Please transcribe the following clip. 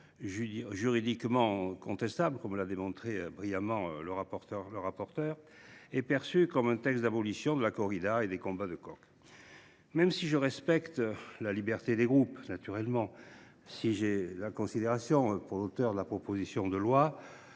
juridiquement contestable, comme l’a brillamment démontré notre rapporteur, est perçue comme un texte d’abolition de la corrida et des combats de coqs. Même si je respecte la liberté des groupes et si j’ai de la considération pour l’auteure de la proposition de loi,